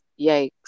yikes